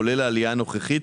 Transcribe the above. כולל העלייה הנוכחית,